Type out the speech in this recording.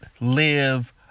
live